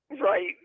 Right